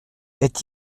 est